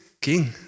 king